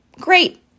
great